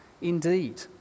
indeed